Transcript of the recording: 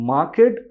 Market